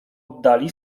oddali